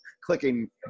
clicking